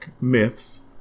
myths